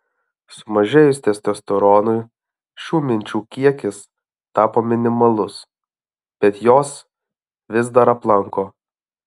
sumažėjus testosteronui šių minčių kiekis tapo minimalus bet jos vis dar aplanko